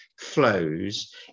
flows